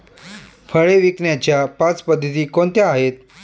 फळे विकण्याच्या पाच पद्धती कोणत्या आहेत?